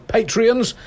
Patreons